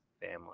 family